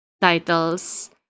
titles